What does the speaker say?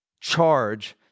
charge